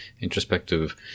introspective